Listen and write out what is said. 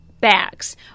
bags